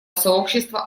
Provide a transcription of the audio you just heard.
сообщество